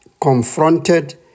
confronted